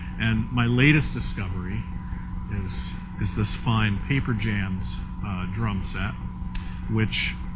and my latest discovery is is this fine paper jamz drum set which